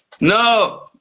No